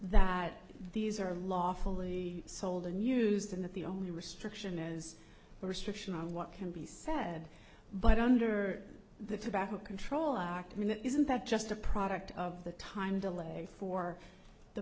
that these are lawfully sold and used and that the only restriction is a restriction on what can be sad but under the tobacco control arc i mean isn't that just a product of the time delay for the